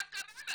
מה קרה לך?